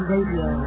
Radio